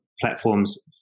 platforms